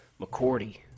McCordy